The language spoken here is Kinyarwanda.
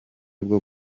bwo